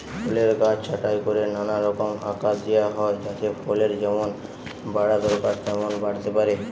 ফলের গাছ ছাঁটাই কোরে নানা রকম আকার দিয়া হয় যাতে ফলের যেমন বাড়া দরকার তেমন বাড়তে পারে